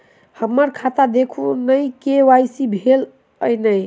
हम्मर खाता देखू नै के.वाई.सी भेल अई नै?